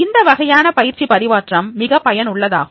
இந்த வகையான பயிற்சி பரிமாற்றம் மிகவும் பயனுள்ளதாகும்